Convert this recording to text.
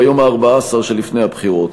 ביום ה-14 שלפני הבחירות.